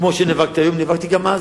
כמו שנאבקתי היום נאבקתי גם אז.